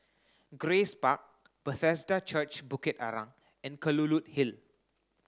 Grace Park Bethesda Church Bukit Arang and Kelulut Hill